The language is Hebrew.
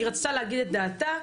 היא רצתה להגיד את דעתה,